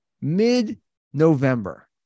mid-November